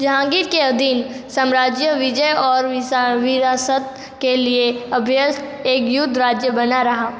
जहाँगीर के अधीन सम्राज्य विजय और विरासत के लिए अभ्यस्त एक युद्ध राज्य बना रहा